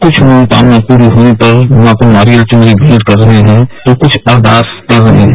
कुछ मनोकामना पूरी होने पर नारियल चुनरी भेंट कर रहे हैं तो कुछ अरदास कर रहे हैं